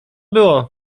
było